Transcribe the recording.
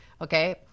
Okay